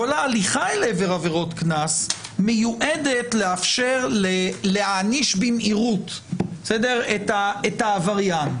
כול ההליכה אל עבר עבירות קנס מיועדת לאפשר להעניש במהירות את העבריין.